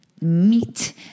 meat